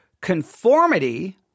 conformity